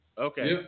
Okay